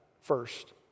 first